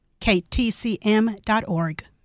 ktcm.org